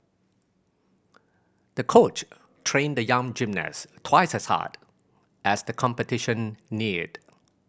the coach trained the young gymnast twice as hard as the competition neared